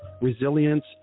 resilience